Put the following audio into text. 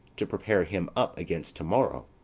to prepare him up against to-morrow.